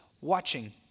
watching